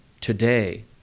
today